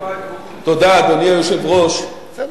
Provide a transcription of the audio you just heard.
אדוני היושב-ראש, תודה.